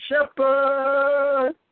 shepherd